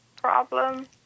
problem